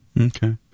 Okay